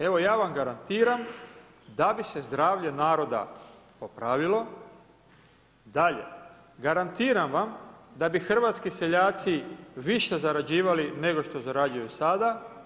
Evo ja vam garantiram da bi se zdravlje naroda popravilo dalje garantiram vam da bi hrvatski seljaci više zarađivali nego što zarađuju sada.